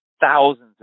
thousands